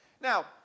Now